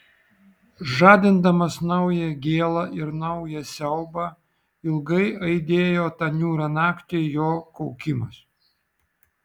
žadindamas naują gėlą ir naują siaubą ilgai aidėjo tą niūrią naktį jo kaukimas